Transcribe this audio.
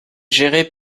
géré